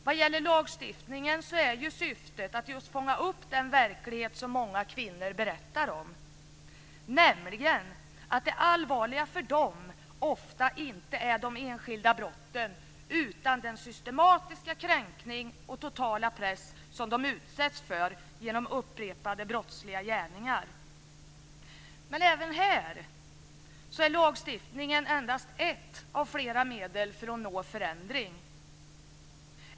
Vad gäller lagstiftningen är syftet att just fånga upp den verklighet som många kvinnor berättar om, nämligen att det allvarliga för dem ofta inte är de enskilda brotten utan den systematiska kränkning och den totala press som de utsätts för genom upprepade brottsliga gärningar. Men även här är lagstiftningen endast ett av flera medel för att uppnå en förändring.